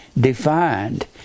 defined